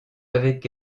avec